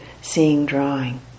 seeing-drawing